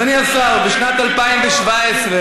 אדוני השר,